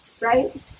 right